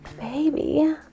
baby